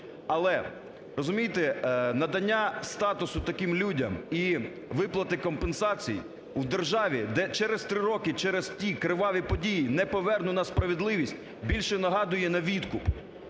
Але, розумієте, надання статусу таким людям і виплати компенсацій в державі, де через три роки, через ті криваві події не повернуто справедливість, більше нагадую на відкуп.